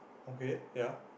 okay ya